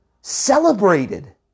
celebrated